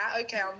Okay